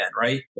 right